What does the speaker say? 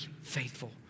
faithful